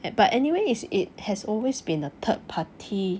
and but anyway is it has always been a third party